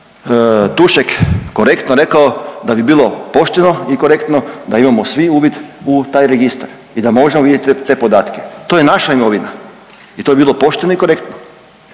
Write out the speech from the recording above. Tušek korektno rekao da bi bilo pošteno i korektno da imao svi uvid u taj registar i da možemo vidjeti te podatke. To je naša imovina i to bi bilo pošteno i korektno.